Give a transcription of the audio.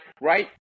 right